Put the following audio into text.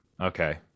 okay